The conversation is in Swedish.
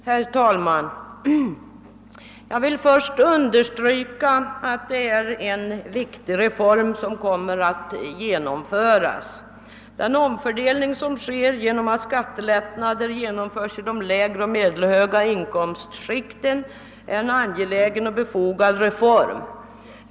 Herr talman! Jag vill först understryka att det är en viktig reform som nu kommer att genomföras. Den omfördelning som sker genom att skattelättnader införes i de lägre och medelhöga inkomstskikten är en angelägen och befogad reform.